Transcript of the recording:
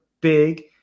big